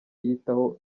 yitaho